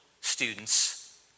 students